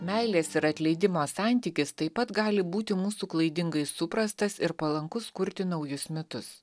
meilės ir atleidimo santykis taip pat gali būti mūsų klaidingai suprastas ir palankus kurti naujus mitus